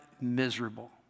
Miserable